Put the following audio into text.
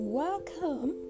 welcome